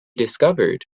discovered